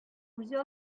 үзе